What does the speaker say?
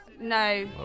No